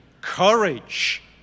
courage